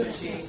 cheese